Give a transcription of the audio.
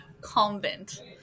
convent